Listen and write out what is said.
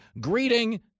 greeting